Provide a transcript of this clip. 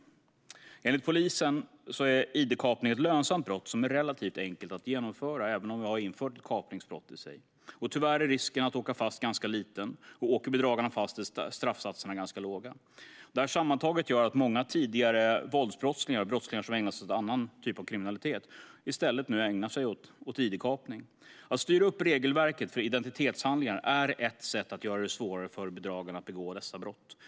Enligt polisen är id-kapning ett lönsamt brott som är relativt enkelt att genomföra, även om vi har infört ett kapningsbrott. Tyvärr är risken att åka fast ganska liten, och om bedragarna åker fast är straffsatserna låga. Detta sammantaget gör att många tidigare våldsbrottslingar - brottslingar som har ägnat sig åt annan form av kriminalitet - har bytt bana och i stället ägnar sig åt id-kapning. Att styra upp regelverket för identitetshandlingar är ett sätt att göra det svårare för bedragarna att begå dessa brott.